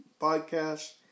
podcast